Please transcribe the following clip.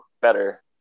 better